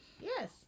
yes